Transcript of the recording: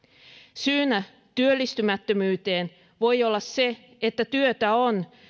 syynä työllistymättömyyteen voi olla se että työtä on